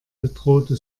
bedrohte